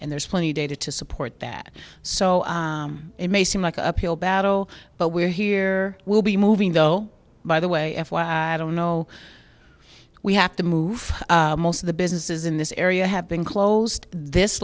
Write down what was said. and there's plenty of data to support that so it may seem like a uphill battle but we're here we'll be moving though by the way i don't know we have to move most of the businesses in this area have been closed this